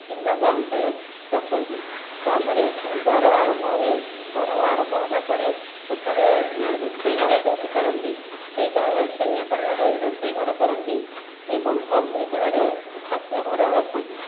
କିମ୍ବା ବାଉଁଶରେ ରଖନ୍ତି ତା'ପରେ ଘର ଆରମ୍ଭ ହୁଏ ଘର ଆରମ୍ଭ ହେବା ପରେ ସେଠାରେ ରୋଷେଇ ଘର ଯେଉଁଠି କରନ୍ତି ସେଇଟା ଐଶାନ୍ୟ କୋଣରେ ରୋଷେଇ ଘର କରନ୍ତି ଏବଂ ଅଗ୍ନିକୋଣରେ ଠାକୁର ଘର ରଖନ୍ତି